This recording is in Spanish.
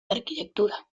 arquitectura